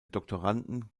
doktoranden